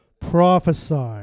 Prophesy